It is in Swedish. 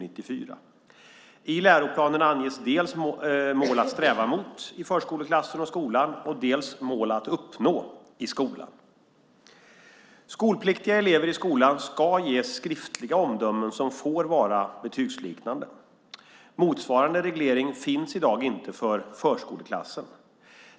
I läroplanen anges dels mål att sträva mot i förskoleklassen och skolan, dels mål att uppnå i skolan. Skolpliktiga elever i skolan ska ges skriftliga omdömen som får vara betygsliknande. Motsvarande reglering finns i dag inte för förskoleklassen.